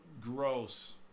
gross